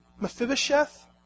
Mephibosheth